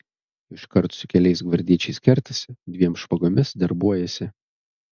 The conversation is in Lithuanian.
iškart su keliais gvardiečiais kertasi dviem špagomis darbuojasi